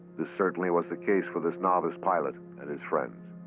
this certainly was the case for this novice pilot and his friends.